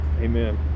Amen